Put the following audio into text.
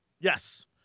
Yes